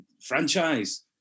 franchise